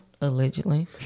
allegedly